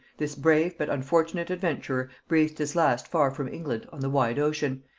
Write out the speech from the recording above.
this brave but unfortunate adventurer breathed his last far from england on the wide ocean,